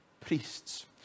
priests